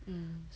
mm